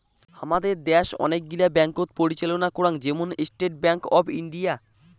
হামাদের দ্যাশ অনেক গিলা ব্যাঙ্ককোত পরিচালনা করাং, যেমন স্টেট ব্যাঙ্ক অফ ইন্ডিয়া